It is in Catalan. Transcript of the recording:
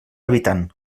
habitant